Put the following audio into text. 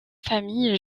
famille